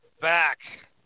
back